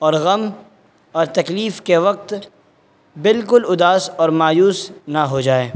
اور غم اور تکلیف کے وقت بالکل اداس اور مایوس نہ ہوجائے